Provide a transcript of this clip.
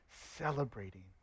celebrating